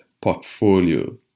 portfolio